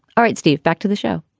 all right, steve back to the show,